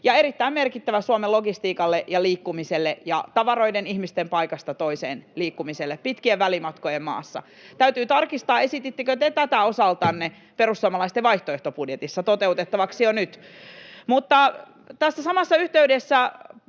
ja erittäin merkittävä Suomen logistiikalle ja liikkumiselle ja tavaroiden, ihmisten paikasta toiseen liikkumiselle pitkien välimatkojen maassa. Täytyy tarkistaa, esitittekö te tätä osaltanne perussuomalaisten vaihtoehtobudjetissa toteutettavaksi jo nyt. Tässä samassa yhteydessä